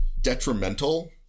detrimental